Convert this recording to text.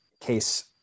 case